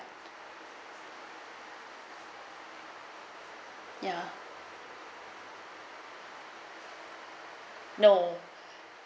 ya no